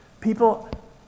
People